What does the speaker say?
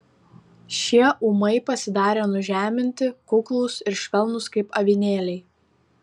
šie ūmai pasidarė nužeminti kuklūs ir švelnūs kaip avinėliai